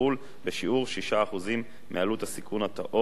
בשיעור 6% מעלות הסיכון הטהור בשוק החופשי.